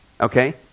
Okay